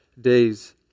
days